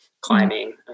climbing